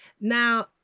Now